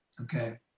Okay